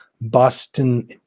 Boston